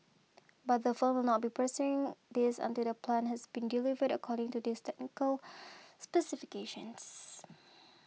but the firm will not be pursuing this until the plant has been delivered according to this technical specifications